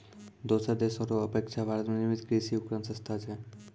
दोसर देशो रो अपेक्षा भारत मे निर्मित कृर्षि उपकरण सस्ता छै